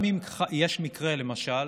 גם אם יש מקרה, למשל,